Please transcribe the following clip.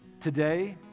Today